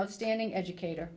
outstanding educator